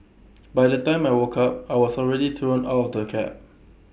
by the time I woke up I was already thrown out of the cab